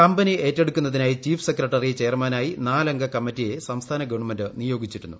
company ഏറ്റെടുക്കന്നതിനായി chief secretary ചെയർമാനായി നാലംഗ കമ്മിറ്റിയെ സംസ്ഥാന ഗവൺമെന്റ് നിയോഗിച്ചിരുന്നു